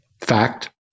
fact